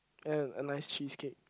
and a nice cheese cake